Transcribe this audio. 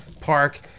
park